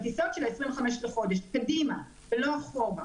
הטיסות של ה-25 לחודש קדימה ולא אחורה.